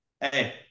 Hey